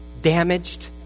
damaged